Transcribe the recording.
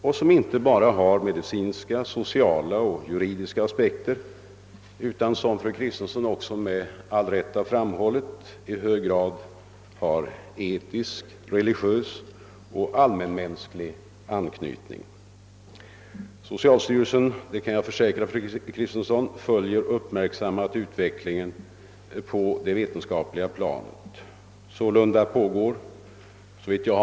Den har inte bara medicinska, sociala och juridiska aspekter utan den har, som fru Kristensson med all rätt framhållit, i hög grad etisk, religiös och allmänmänsklig anknytning. Socialstyrelsen följer uppmärksamt utvecklingen på det vetenskapliga planet, det kan jag försäkra fru Kristensson.